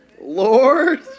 Lord